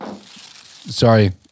Sorry